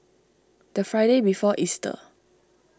the Friday before Easter